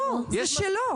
הוא, זה שלו.